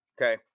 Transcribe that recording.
Okay